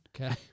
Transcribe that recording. Okay